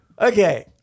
Okay